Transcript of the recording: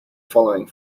following